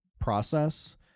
process